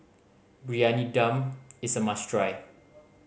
Briyani Dum is a must try